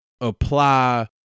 apply